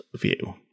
view